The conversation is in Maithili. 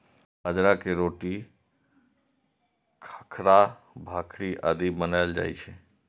बाजरा के रोटी, खाखरा, भाकरी आदि बनाएल जाइ छै